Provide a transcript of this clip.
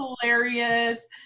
hilarious